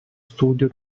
studio